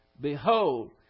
Behold